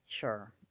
Sure